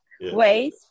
ways